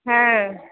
হ্যাঁ